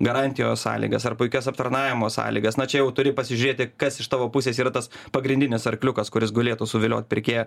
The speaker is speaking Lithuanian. garantijos sąlygas ar puikias aptarnavimo sąlygas na čia jau turi pasižiūrėti kas iš tavo pusės yra tas pagrindinis arkliukas kuris golėtų suvilioti pirkėją